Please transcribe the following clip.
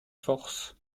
force